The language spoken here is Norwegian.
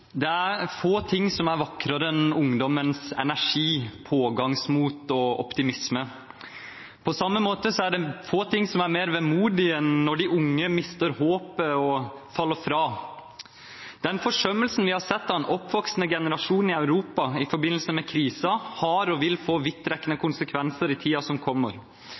Det er få ting som er vakrere enn ungdommens energi, pågangsmot og optimisme. På samme måte er det få ting som er mer vemodig enn når de unge mister håpet og faller fra. Den forsømmelsen vi har sett den oppvoksende generasjonen i Europa opplever i forbindelse med krisen, har og vil få vidtrekkende konsekvenser i tiden som kommer.